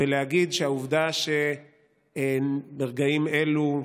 ולהגיד שהעובדה שברגעים אלו,